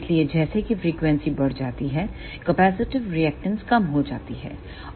इसलिए जैसा कि फ्रीक्वेंसी बढ़ जाती है कैपेसिटिव रिएक्टेंस कम हो जाती है